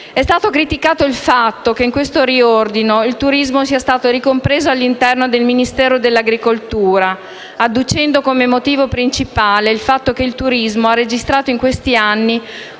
È stato criticato il fatto che in questo riordino il turismo sia stata ricompreso all'interno del Ministero dell'agricoltura, adducendo come motivo principale il fatto che esso abbia registrato negli ultimi anni